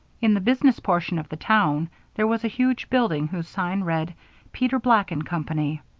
in the business portion of the town there was a huge building whose sign read peter black and company.